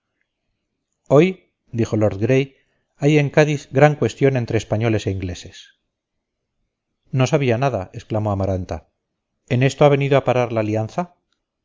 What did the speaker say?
hoy dijo lord gray hay en cádiz gran cuestión entre españoles e ingleses no sabía nada exclamó amaranta en esto ha venido a parar la alianza